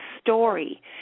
story